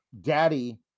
Daddy